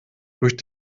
durch